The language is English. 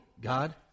God